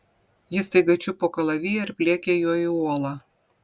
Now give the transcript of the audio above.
ji staiga čiupo kalaviją ir pliekė juo į uolą